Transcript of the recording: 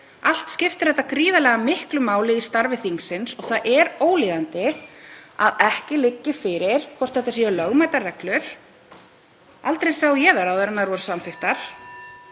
Allt skiptir þetta gríðarlega miklu máli í starfi þingsins og það er ólíðandi að ekki liggi fyrir hvort þetta séu lögmætar reglur. Aldrei sá ég þær áður en þær voru samþykktar.